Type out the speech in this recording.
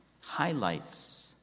highlights